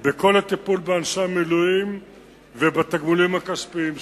בכל הטיפול באנשי המילואים ובתגמולים הכספיים שלהם.